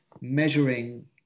measuring